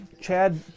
Chad